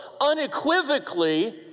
unequivocally